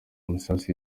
masasu